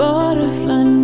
Butterfly